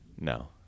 no